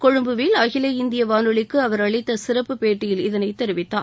கொழும்புவில் அகில இந்திய வானொலிக்கு அவர் அளித்த சிறப்பு பேட்டியில் இதனை தெரிவித்தார்